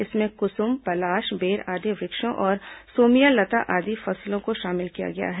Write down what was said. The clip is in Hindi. इसमें कुसुम पलाश बेर आदि वृक्षों और सेमियालता आदि फसलों को शामिल किया गया है